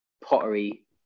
pottery